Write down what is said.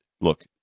look